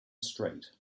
straight